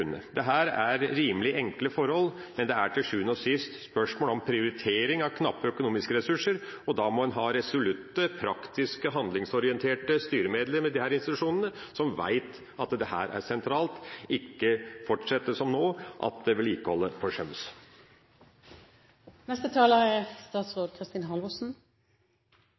er til sjuende og sist spørsmål om prioritering av knappe økonomiske ressurser, og da må en ha resolutte, praktiske, handlingsorienterte styremedlemmer i disse institusjonene som veit at dette er sentralt, og ikke fortsette som nå med at vedlikeholdet forsømmes. Jeg kan ikke dy meg for